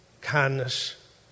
kindness